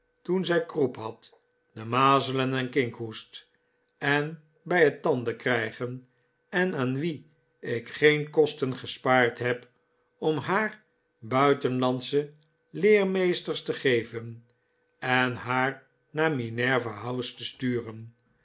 toen zij kroep had de mazelen en kinkhoest en bij het tanden krijgen en aan wie ik geen kosten gespaard heb om haar buitenlandsche leermeesters te geven en haar naar minerva house te sturen